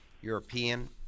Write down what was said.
European